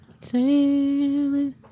Sailing